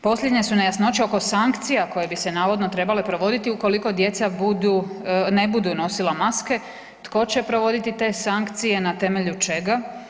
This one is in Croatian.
Posljednje su nejasnoće oko sankcija koje bi se navodno trebale provoditi ukoliko djeca budu, ne budu nosila maske, tko će provoditi te sankcije, na temelju čega?